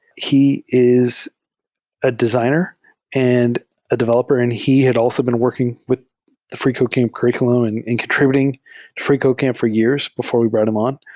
he is a designer and a developer, and he had also been working with the freecodecamp curr iculum and and contr ibuting to freecodecamp for years before we brought him on.